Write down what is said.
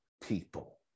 people